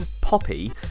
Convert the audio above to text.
poppy